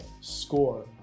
score